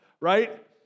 right